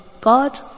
God